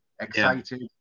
excited